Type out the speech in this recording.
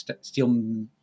steel